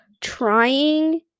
trying